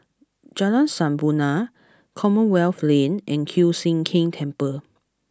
Jalan Sampurna Commonwealth Lane and Kiew Sian King Temple